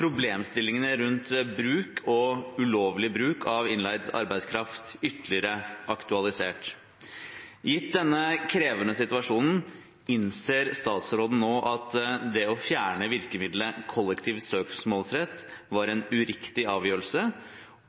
problemstillingene rundt bruk, og ulovlig bruk, av innleid arbeidskraft ytterligere aktualisert. Gitt denne mer krevende situasjonen, innser statsråden at det å fjerne virkemidlet kollektiv søksmålsrett var en uriktig avgjørelse,